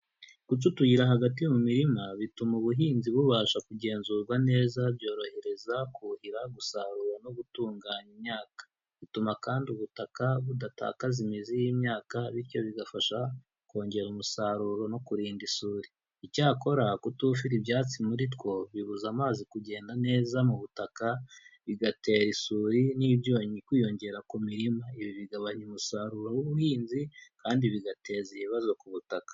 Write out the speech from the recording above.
Guca utuyira hagati mu mirima bituma ubuhinzi bubasha kugenzurwa neza, byorohereza kuhira, gusarura no gutunganya imyaka, bituma kandi ubutaka budatakaza imizi y'imyaka, bityo bigafasha kongera umusaruro no kurinda isuri ,icyakora kutufira ibyatsi muri two, bibuza amazi kugenda neza mu butaka bigatera isuri n'ibyonnyi kwiyongera ku mirima, ibi bigabanya umusaruro w'ubuhinzi kandi bigateza ibibazo ku butaka.